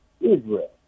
Israel